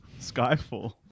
Skyfall